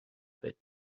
bit